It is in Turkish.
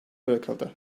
bırakıldı